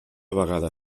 vegada